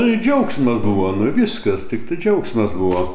nu i džiaugsmas buvo nu viskas tiktai džiaugsmas buvo